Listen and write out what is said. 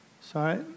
Sorry